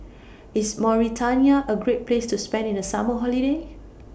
IS Mauritania A Great Place to spend The Summer Holiday